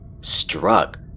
Struck